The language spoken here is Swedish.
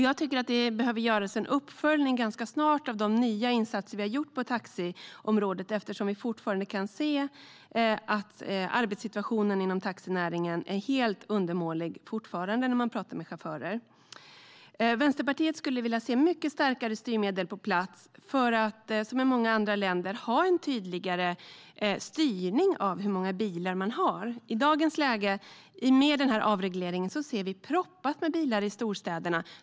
Jag tycker att det behöver göras en uppföljning ganska snart av de nya insatser vi har gjort på taxiområdet. När vi pratar med chaufförer kan vi nämligen se att arbetssituationen inom taxinäringen fortfarande är helt undermålig. Vänsterpartiet skulle vilja se mycket starkare styrmedel på plats för att som i många andra länder ha en tydligare styrning av hur många bilar man har. I dagens läge, i och med avregleringen, ser vi proppat med bilar i storstäderna.